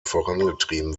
vorangetrieben